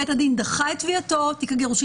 בית הדין דחה את תביעתו ותיק הגירושין